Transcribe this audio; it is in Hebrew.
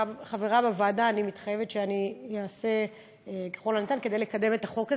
כחברה בוועדה אני מתחייבת שאעשה ככל הניתן לקדם את החוק הזה.